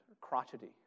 crotchety